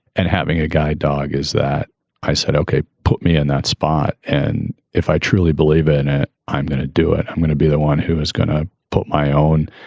and having a guide dog is that i said, ok, put me in that spot and if i truly believe in it, i'm going to do it. i'm going to be the one who is going to put my own,